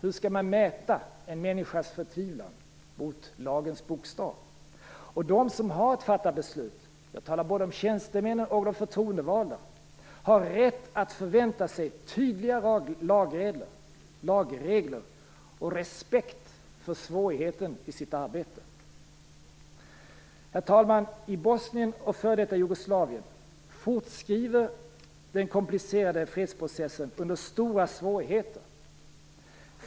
Hur skall man mäta en människas förtvivlan mot lagens bokstav? De som har att fatta beslut, jag talar både om tjänstemännen och om de förtroendevalda, har rätt att förvänta sig tydliga lagregler och respekt för svårigheten i sitt arbete. Herr talman! I Bosnien och f.d. Jugoslavien fortskrider den komplicerade fredsprocessen under stora svårigheter.